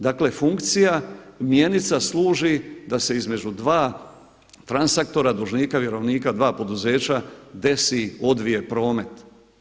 Dakle, funkcija mjenica služi da se između dva translatora dužnika, vjerovnika, dva poduzeća desi, odvije promet.